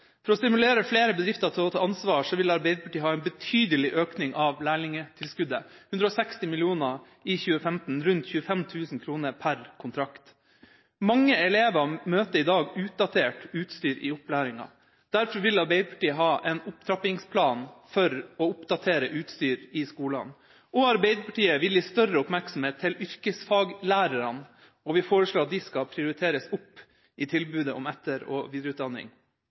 For å stimulere flere bedrifter til å ta ansvar vil Arbeiderpartiet ha en betydelig økning av lærlingtilskuddet: 160 mill. kr i 2015, rundt 25 000 kr per kontrakt. Mange elever møter i dag utdatert utstyr i opplæringa. Derfor vil Arbeiderpartiet ha en opptrappingsplan for å oppdatere utstyr i skolene. Arbeiderpartiet vil gi større oppmerksomhet til yrkesfaglærerne, og vi foreslår at de skal prioriteres opp i tilbudet om etter- og videreutdanning.